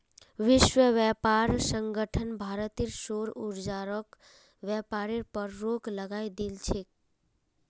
विश्व व्यापार संगठन भारतेर सौर ऊर्जाक व्यापारेर पर रोक लगई दिल छेक